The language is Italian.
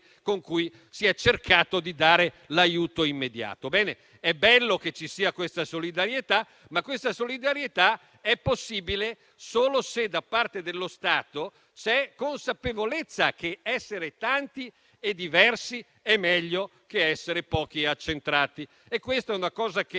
con cui si è cercato di dare l'aiuto immediato. Ebbene, è bello che ci sia questa solidarietà, ma questo è possibile solo se da parte dello Stato c'è la consapevolezza che essere tanti e diversi è meglio che essere pochi e accentrati. È una cosa che